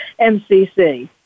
MCC